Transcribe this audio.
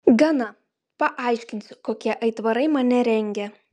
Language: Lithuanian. gana paaiškinsiu kokie aitvarai mane rengia